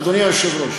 אדוני היושב-ראש,